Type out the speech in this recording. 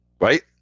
Right